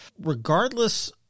regardless